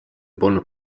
polnud